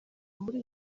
muri